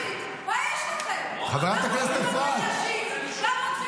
לא אכפת לכם --- לתקוף את הפרקליטה הצבאית הראשית ואת היועמ"שית?